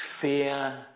fear